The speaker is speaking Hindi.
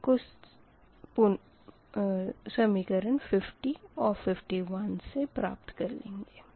पुनरावर्ती 50 और 51 से P2 कैलकुलेटेड प्राप्त करेंगे